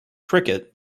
cricket